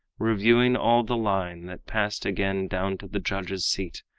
reviewing all the line that passed again down to the judges' seat,